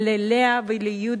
ולאה ורבקה